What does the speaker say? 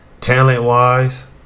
Talent-wise